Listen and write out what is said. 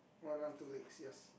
one arm two legs yes